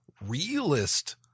realist